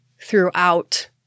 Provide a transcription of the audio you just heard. throughout